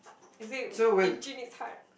is it in timid heart